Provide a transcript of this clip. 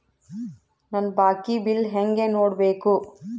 ನನ್ನ ಬಾಕಿ ಬಿಲ್ ಹೆಂಗ ನೋಡ್ಬೇಕು?